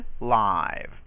live